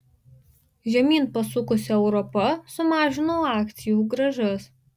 žemyn pasukusi europa sumažino akcijų grąžas